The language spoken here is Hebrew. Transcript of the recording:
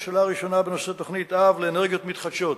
השאלה הראשונה, בנושא תוכנית-אב לאנרגיות מתחדשות.